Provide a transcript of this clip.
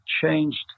changed